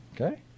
Okay